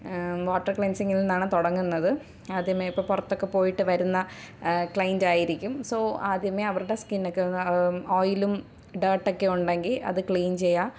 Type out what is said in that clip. water ക്ലൻസിങ്കിൽ നിന്നാണ് തുടങ്ങുന്നത് ആദ്യമേ ഇപ്പോൾ പുറത്തൊക്കെ പോയിട്ട് വരുന്ന ക്ലൈൻ്റ് ആയിരിക്കും സൊ ആദ്യമേ അവരുടെ സ്കിന്നൊക്കെ എന്നാൽ ഓയിലും ഡേട്ടൊക്കെ ഉണ്ടെങ്കിൽ അത് ക്ലീൻ ചെയ്യുക